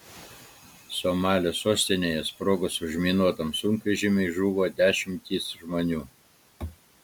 somalio sostinėje sprogus užminuotam sunkvežimiui žuvo dešimtys žmonių